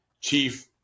chief